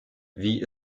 wie